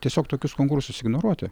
tiesiog tokius konkursus ignoruoti